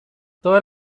todas